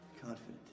confident